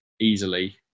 easily